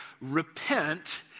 Repent